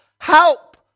Help